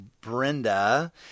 Brenda